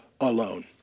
alone